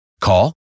Call